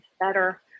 better